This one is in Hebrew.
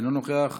אינו נוכח,